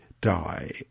die